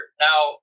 Now